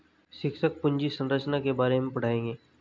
शिक्षक पूंजी संरचना के बारे में पढ़ाएंगे